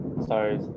Sorry